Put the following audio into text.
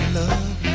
love